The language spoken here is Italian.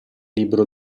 libero